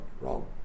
wrong